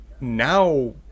Now